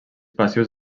passius